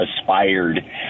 aspired